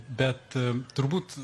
bet turbūt